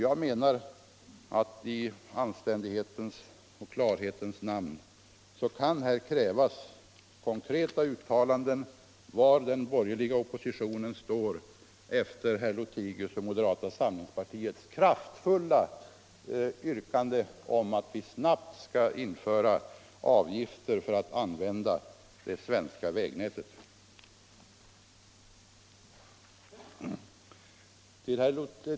Jag menar att i anständighetens och klarhetens namn kan man här kräva konkreta uttalanden om var den borgerliga oppositionen står efter herr Lothigius och moderata samlingspartiets kraftfulla yrkande på att det snabbt skall införas avgifter för användningen av det svenska vägnätet.